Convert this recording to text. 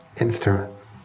instrument